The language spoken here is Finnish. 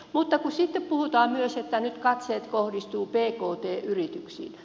mutta sitten puhutaan myös että nyt katseet kohdistuvat pk yrityksiin